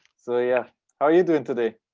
so yeah. how are you doing today?